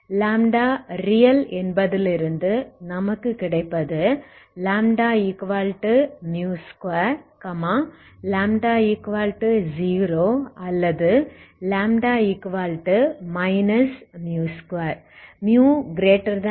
real என்பதிலிருந்து நமக்கு கிடைப்பது λ2 λ0 அல்லது λ 2 μ0